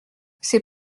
c’est